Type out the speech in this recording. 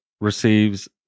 receives